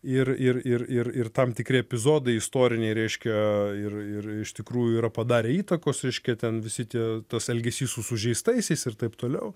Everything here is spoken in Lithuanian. ir ir ir ir ir tam tikri epizodai istoriniai reiškia ir ir iš tikrųjų yra padarę įtakos reiškia ten visi tie tas elgesys su sužeistaisiais ir taip toliau